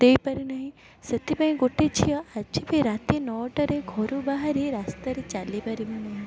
ଦେଇପାରିନାହିଁ ସେଥିପାଇଁ ଗୋଟେ ଝିଅ ଆଜି ବି ରାତି ନଅଟାରେ ଘରୁ ବାହାରି ରାସ୍ତାରେ ଚାଲି ପାରିବନାହିଁ